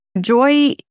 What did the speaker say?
joy